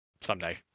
someday